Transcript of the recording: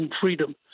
freedom